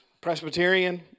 Presbyterian